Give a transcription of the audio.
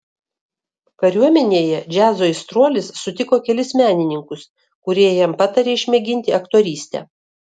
kariuomenėje džiazo aistruolis sutiko kelis menininkus kurie jam patarė išmėginti aktorystę